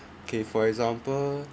K for example